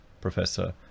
Professor